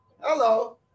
Hello